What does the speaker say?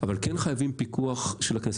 אבל כן חייבים פיקוח של הכנסת.